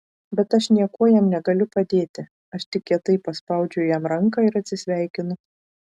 bet aš niekuo jam negaliu padėti aš tik kietai paspaudžiu jam ranką ir atsisveikinu